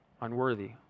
unworthy